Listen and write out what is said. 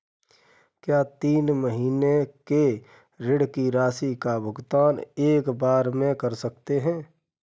क्या तीन महीने के ऋण की राशि का भुगतान एक बार में कर सकते हैं?